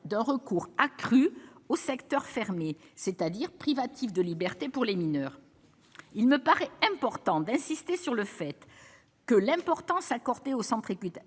d'un recours accru au secteur fermé, c'est-à-dire privative de liberté pour les mineurs, il me paraît important d'insister sur le fait que l'importance accordée au centre éducatif